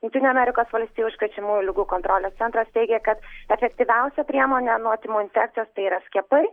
jungtinių amerikos valstijų užkrečiamųjų ligų kontrolės centras teigia kad efektyviausia priemonė nuo tymų infekcijos tai yra skiepai